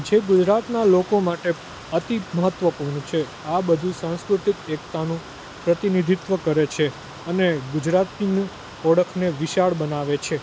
જે ગુજરાતનાં લોકો માટે અતિ મહત્વપૂર્ણ છે આ બધું સાંસ્કૃતિક એકતાનું પ્રતિનિધિત્વ કરે છે અને ગુજરાતીની ઓળખને વિશાળ બનાવે છે